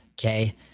Okay